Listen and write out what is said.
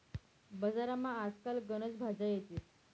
बजारमा आज काल गनच भाज्या येतीस